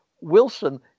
Wilson